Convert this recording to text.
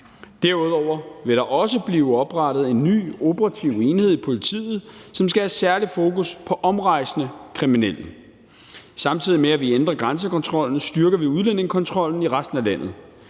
Derudover vil der også blive oprettet en ny operativ enhed i politiet, som skal have særligt fokus på omrejsende kriminelle. Samtidig med at vi ændrer grænsekontrollen, styrker vi udlændingekontrollen i resten af landet.